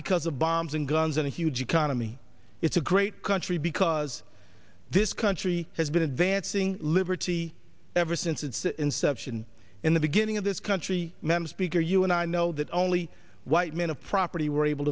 because of bombs and guns and a huge economy it's a great country because this country has been advancing liberty ever since its inception in the beginning of this country member speaker you and i know the only white men of property were able